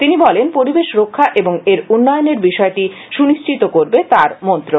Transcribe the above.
তিনি বলেন পরিবেশ রক্ষা এবং এর উন্নয়নের বিষয়টি সুনিশ্চিত করবে তার মন্ত্রক